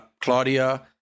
Claudia